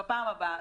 בפעם הבאה.